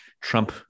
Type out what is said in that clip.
Trump